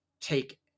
take